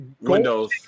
Windows